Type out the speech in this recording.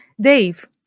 Dave